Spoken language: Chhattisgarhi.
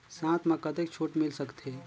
साथ म कतेक छूट मिल सकथे?